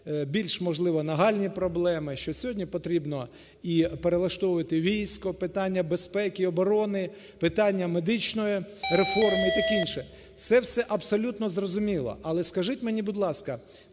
більш, можливо, нагальні проблеми. Що сьогодні потрібно і перелаштовувати військо, питання безпеки і оборони, питання медичної реформи і таке інше – це все абсолютно зрозуміло. Але скажіть мені, будь ласка,